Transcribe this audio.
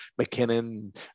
McKinnon